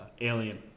Alien